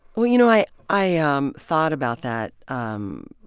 well, you know, i i ah um thought about that. um